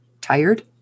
tired